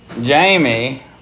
Jamie